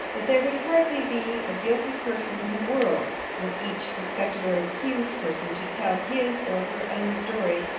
that there would hardly be a guilty person in the world, were each suspected or accused person to tell his or her own story,